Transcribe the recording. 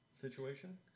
situation